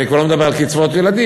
אני כבר לא מדבר על קצבאות ילדים.